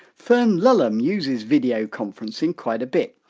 fern lulham uses video conferencing quite a bit,